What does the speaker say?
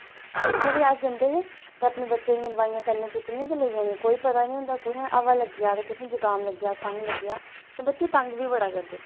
जित्थै बी अस जंदे हे अपनै बच्चे दियां दवाईयां कन्नै चुक्कनियां ते कन्नै लेई जानियां कोई पता नी होंदा कुत्थै हवा लग्गी जा कुत्थै जुकाम लग्गी जा जुकाम लग्गी जा बच्चे तंग बी बड़ा करदे न